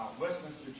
Westminster